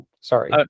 sorry